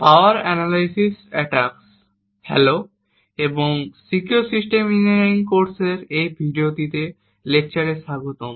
hello এবং secure system engineering কোর্সের এই ভিডিও লেকচারে স্বাগতম